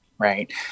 Right